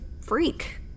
freak